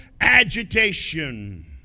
Agitation